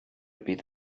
bydd